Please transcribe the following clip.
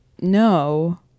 no